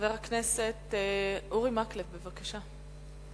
חבר הכנסת אורי מקלב, בבקשה.